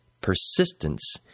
persistence